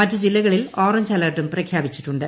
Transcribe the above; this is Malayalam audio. മറ്റു ജില്ലകളിൽ ഓറഞ്ച് അലർട്ടും പ്രഖ്യാപിച്ചിട്ടുണ്ട്